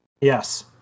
yes